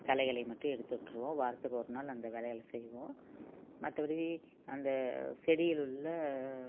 களைகளை மட்டும் எடுத்து விட்டுருவோம் வாரத்துக்கு ஒரு நாள் நாங்கள் அந்த வேலைகளை செய்வோம் மற்றபடி அந்த செடியில் உள்ள